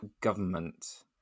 government